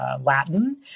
Latin